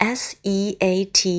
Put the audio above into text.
seat